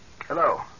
Hello